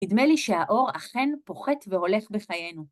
נדמה לי שהאור אכן פוחת והולך בחיינו.